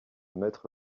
mettre